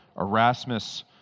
Erasmus